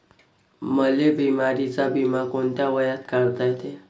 मले बिमारीचा बिमा कोंत्या वयात काढता येते?